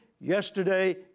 yesterday